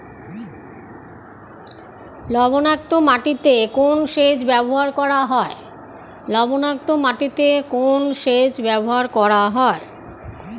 লবণাক্ত মাটিতে কোন সেচ ব্যবহার করা হয়?